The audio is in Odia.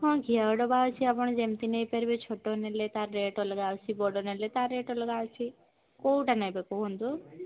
ହଁ ଘିଅ ଡ଼ବା ଅଛି ଆପଣ ଯେମିତି ନେଇପାରିବେ ଛୋଟ ନେଲେ ତା ରେଟ୍ ଅଲଗା ଅଛି ବଡ଼ ନେଲେ ତା ରେଟ୍ ଅଲଗା ଅଛି କେଉଁଟା ନେବେ କୁହନ୍ତୁ